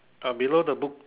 uh below the book